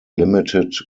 limited